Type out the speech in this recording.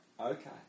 Okay